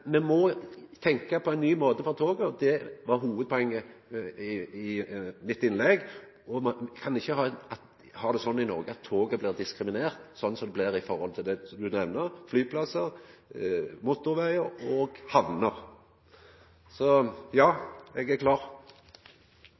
Me må tenkja på ein ny måte for toget, det var hovudpoenget i mitt innlegg. Ein kan ikkje ha det slik i Noreg at toget blir diskriminert, slik det blir i forhold til det representanten nemner, flyplassar, motorvegar og hamner. Ja, eg er klar.